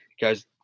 guys